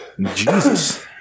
Jesus